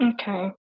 Okay